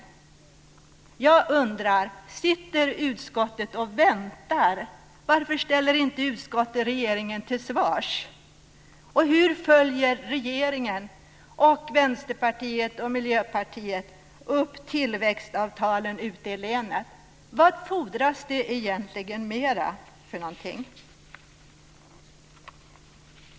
Jag undrar: Sitter utskottet och väntar? Varför ställer inte utskottet regeringen till svars? Och hur följer regeringen, Vänsterpartiet och Miljöpartiet upp tillväxtavtalen ute i länet? Vad är det egentligen ytterligare som fordras?